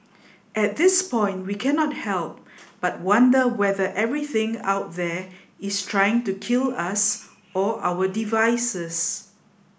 at this point we cannot help but wonder whether everything out there is trying to kill us or our devices